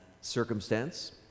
circumstance